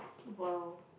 !wow!